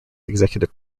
executive